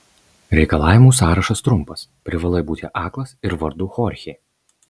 reikalavimų sąrašas trumpas privalai būti aklas ir vardu chorchė